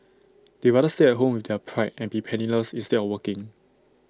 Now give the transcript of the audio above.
they rather stay at home with their pride and be penniless instead of working